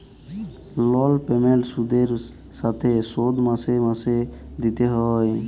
লল পেমেল্ট সুদের সাথে শোধ মাসে মাসে দিতে হ্যয়